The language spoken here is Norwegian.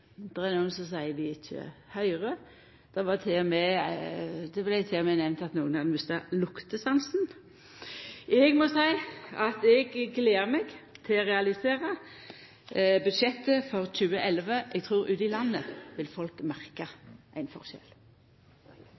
seier at dei ikkje høyrer, det vart til og med nemnt at nokre hadde mista luktesansen. Eg må seia at eg gler meg til å realisera budsjettet for 2011. Eg trur at ute i landet vil folk merka ein forskjell.